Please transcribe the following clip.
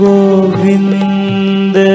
Govind